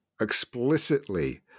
explicitly